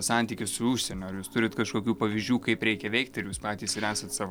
santykis su užsieniu ar jūs turit kažkokių pavyzdžių kaip reikia veikti ar jūs patys ir esat savo